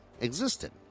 existed